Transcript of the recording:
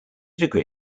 degree